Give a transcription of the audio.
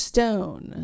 Stone